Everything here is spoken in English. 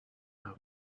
her